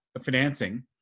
financing